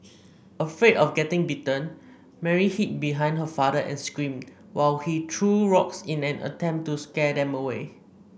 afraid of getting bitten Mary hid behind her father and screamed while he threw rocks in an attempt to scare them away